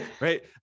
right